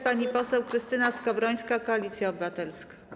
Pani poseł Krystyna Skowrońska, Koalicja Obywatelska.